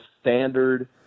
standard